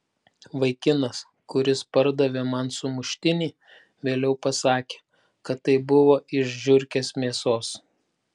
vaikinas kuris pardavė man sumuštinį vėliau pasakė kad tai buvo iš žiurkės mėsos